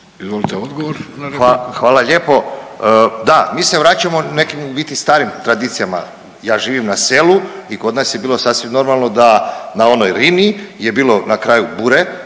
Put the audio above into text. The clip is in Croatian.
Goran (HDZ)** Hva…, hvala lijepo. Da, mi se vraćamo nekim u biti starim tradicijama. Ja živim na selu i kod nas je bilo sasvim normalno da na onoj liniji je bilo na kraju bure